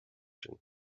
sin